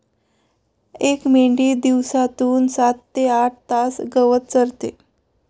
एक मेंढी दिवसातून सात ते आठ तास गवत चरते